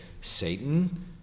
Satan